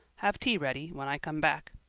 have tea ready when i come back.